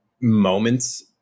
moments